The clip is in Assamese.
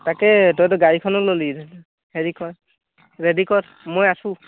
তাকে তইতো গাড়ীখনো ল'লি হেৰি কৰ ৰেডী কৰ মই আছোঁ